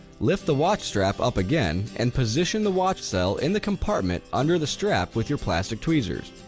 lift the watch strap up again and position the watch cell in the compartment under the strap with your plastic tweezers.